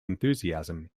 enthusiasm